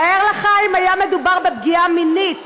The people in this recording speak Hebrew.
תאר לך שמדובר בפגיעה מינית